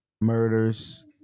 murders